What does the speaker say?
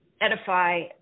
edify